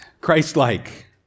Christ-like